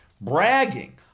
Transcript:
bragging